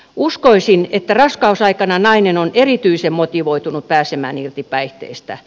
uskoisin että raskausaikana nainen on erityisen motivoitunut pääsemään irti päihteistä